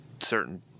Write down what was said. certain